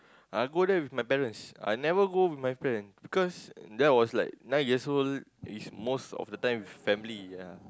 I go there with my parents I never go with my friend because that was like nine years old it's most of the time with family ya